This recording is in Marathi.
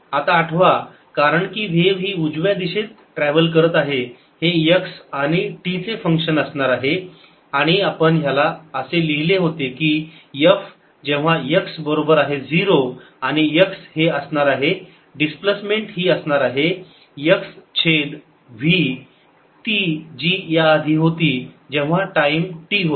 आता आठवा कारण की व्हेव ही उजव्या दिशेत ट्रॅव्हल करत आहे हे x आणि t चे फंक्शन असणार आहे आणि आपण ह्याला असे लिहिले होते की f जेव्हा x बरोबर आहे 0 आणि x हे असणार आहे डिस्प्लेसमेंट ही असणार आहे x छेद v ति जी याआधी होती जेव्हा टाईम t होता